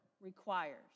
requires